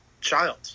child